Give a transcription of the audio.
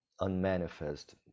unmanifest